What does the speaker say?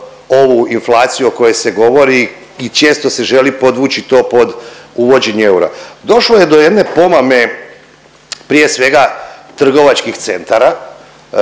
ovu inflaciju o kojoj se govori i često se želi podvući to pod uvođenje eura. Došlo je do jedne pomame, prije svega trgovačkih centara